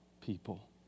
people